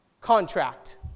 contract